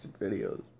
videos